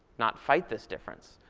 not fight this difference.